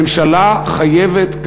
הממשלה חייבת,